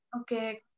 Okay